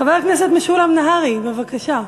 חבר הכנסת משולם נהרי, בבקשה.